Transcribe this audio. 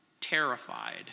terrified